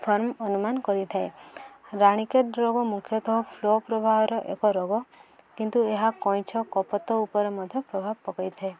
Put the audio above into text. ଅନୁମାନ କରିଥାଏ ରାଣିକେତ ରୋଗ ମୁଖ୍ୟତଃ ଫ୍ଲୋ ପ୍ରବାହର ଏକ ରୋଗ କିନ୍ତୁ ଏହା କଇଁଛ କପୋତ ଉପରେ ମଧ୍ୟ ପ୍ରଭାବ ପକେଇଥାଏ